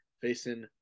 facing